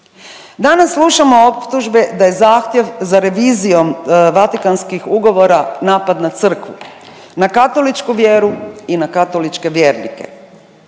Danas slušamo optužbe da je zahtjev za revizijom Vatikanskih ugovora napad na crkvu, na katoličku vjeru i na katoličke vjernike.